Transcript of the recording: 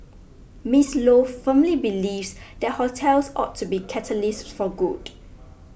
Miss Lo firmly believes that hotels ought to be catalysts for good